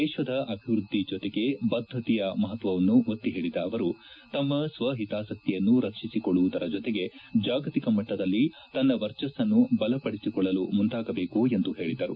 ದೇಶದ ಅಭಿವೃದ್ಧಿ ಜೊತೆಗೆ ಬದ್ದತೆಯ ಮಹತ್ವವನ್ನು ಒತ್ತಿ ಹೇಳದ ಅವರು ತಮ್ಮ ಸ್ವಹಿತಾಸಕ್ತಿಯನ್ನು ರಕ್ಷಿಸಿಕೊಳ್ಳುವುದರ ಜೊತೆಗೆ ಜಾಗತಿಕ ಮಟ್ಟದಲ್ಲಿ ತನ್ನ ವರ್ಜಸ್ಸನ್ನು ಬಲಪಡಿಸಿಕೊಳ್ಳಲು ಮುಂದಾಗಬೇಕು ಎಂದು ಹೇಳದರು